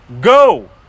go